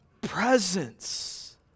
presence